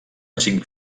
cinc